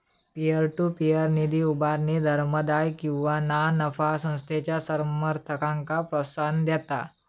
peer to peer निधी उभारणी धर्मादाय किंवा ना नफा संस्थेच्या समर्थकांक प्रोत्साहन देता